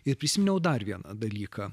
ir prisiminiau dar vieną dalyką